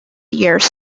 years